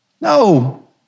No